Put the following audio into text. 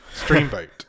Streamboat